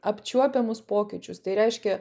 apčiuopiamus pokyčius tai reiškia